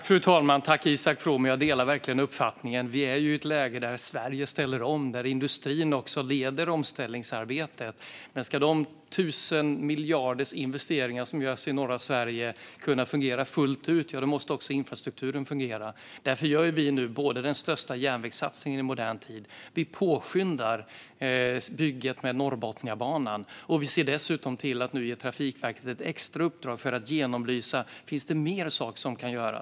Fru talman! Jag delar verkligen uppfattningen. Vi är i ett läge där Sverige ställer om och där industrin också leder omställningsarbetet. Men ska de tusenmiljardersinvesteringar som görs i norra Sverige kunna fungera fullt ut måste också infrastrukturen fungera. Därför gör vi nu den största järnvägssatsningen i modern tid. Vi påskyndar bygget av Norrbotniabanan, och vi ger dessutom Trafikverket ett extra uppdrag att genomlysa om det finns mer sådant som kan göras.